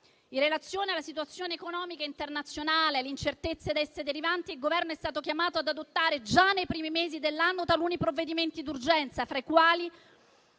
In relazione alla situazione economica internazionale e alle incertezze da essa derivanti, il Governo è stato chiamato ad adottare già nei primi mesi dell'anno taluni provvedimenti d'urgenza, fra i quali,